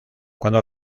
cuando